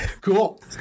Cool